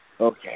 Okay